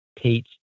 teach